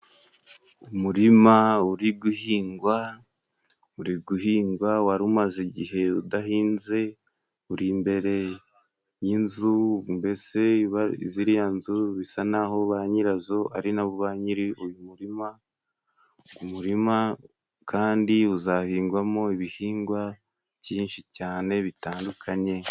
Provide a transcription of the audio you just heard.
Umurima uri guhingwa, uri guhingwa wari umaze igihe udahinze, uri imbere y'inzu, mbese ziriya nzu bisa naho ba nyirazo ari nabwo nyiri uyu muririma, umurima kandi uzahingwamo ibihingwa byinshi cyane bitandukanye.